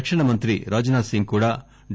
రక్షణ మంత్రి రాజ్ నాథ్ సింగ్ కూడా డి